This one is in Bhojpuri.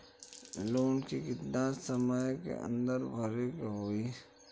लोन के कितना समय के अंदर भरे के होई?